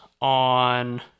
on